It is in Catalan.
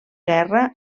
guerra